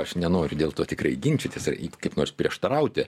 aš nenoriu dėl to tikrai ginčytis ar kaip nors prieštarauti